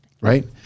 right